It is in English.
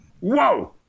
whoa